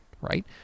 right